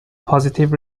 positive